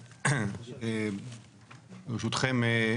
ברשותכם,